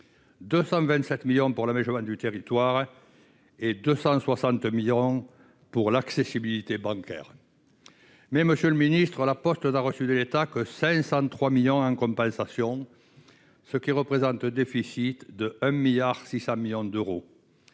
227 millions pour l'aménagement du territoire et 260 millions pour l'accessibilité bancaire. Pourtant, monsieur le ministre, La Poste n'a reçu de l'État que 503 millions en compensation, ce qui représente un déficit de 1,6 milliard d'euros.